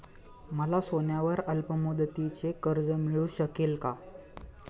मला सोन्यावर अल्पमुदतीचे कर्ज मिळू शकेल का?